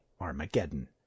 Armageddon